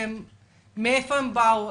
מאיפה הם באו?